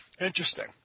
Interesting